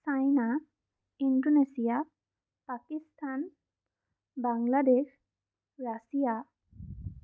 China Indonesia Pakistan Bangladesh Russia